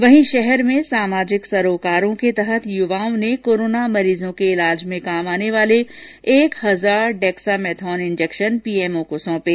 वहीं शहर में सामाजिक सरोकारों के तहत युवाओं ने कोराना मरीजों के इलाज में काम आने वाले एक हजार डेक्सामेथोन इंजेक्शन पीएमओ को सौंपे